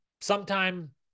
sometime